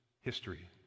history